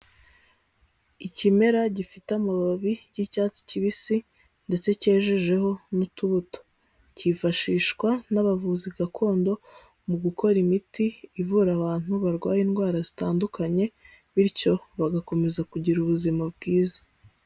Ikimera gifite amababi y'icyatsi kibisi ndetse cyejejeho n'utubuto cyifashishwa n'abavuzi gakondo mu gukora imiti ivura abantu barwaye indwara zitandukanye bityo bagakomeza kugira ubuzima bwiza.